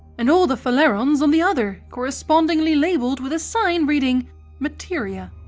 and all the phalerons on the other, correspondingly labelled with a sign reading materia.